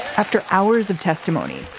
after hours of testimony,